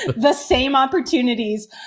the same opportunities